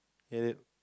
get it